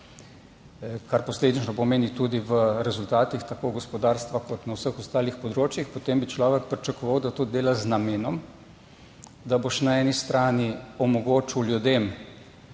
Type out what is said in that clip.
kar posledično pomeni tudi v rezultatih tako gospodarstva kot na vseh ostalih področjih, potem bi človek pričakoval, da to dela z namenom, da boš na eni strani omogočil ljudem,